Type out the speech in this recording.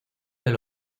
del